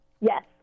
Yes